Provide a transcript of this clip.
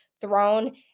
thrown